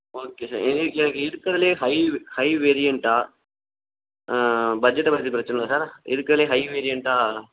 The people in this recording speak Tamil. ஓகே சார் எ எ எனக்கு இருக்கறதுலேயே ஹை ஹை வேரியன்ட்டா பட்ஜெட்டை பற்றி பிரச்சின இல்லை சார் இருக்கிறதுலயே ஹை வேரியன்ட்டா